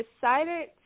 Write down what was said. decided